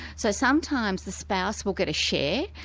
so sometimes the spouse will get a share,